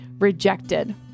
Rejected